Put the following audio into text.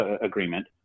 agreement